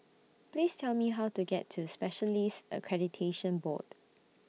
Please Tell Me How to get to Specialists Accreditation Board